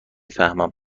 فهمم